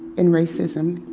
in racism